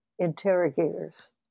interrogators